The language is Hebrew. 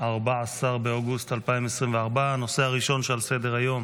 14 באוגוסט 2024. הנושא הראשון שעל סדר-היום